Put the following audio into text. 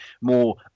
more